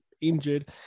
injured